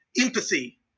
empathy